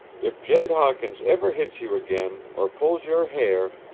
if jed hawkins ever hits you again, or pulls your hair,